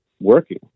working